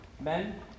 Men